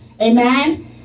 Amen